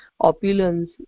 opulence